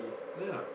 yea